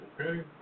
Okay